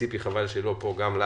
גם לציפי, שלא נמצאת פה,